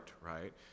right